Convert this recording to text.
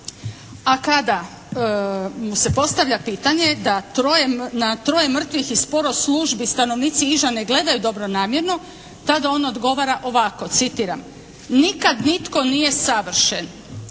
A kada mu se postavlja pitanje na troje mrtvih i sporost službi stanovnici Iža ne gledaju dobronamjerno ta da on odgovara ovako. Citiram: "Nikad nitko nije savršen.